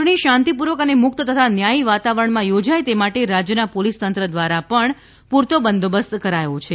ચૂંટણી શાંતિપૂર્વક અને મુક્ત તથા ન્યાયી વાતાવરણમાં યોજાય તે માટે રાજ્યના પોલીસતંત્ર દ્વારા પણ પૂરતો બંદોબસ્ત કરાયો છે